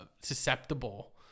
susceptible